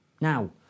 Now